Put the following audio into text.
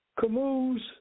Camus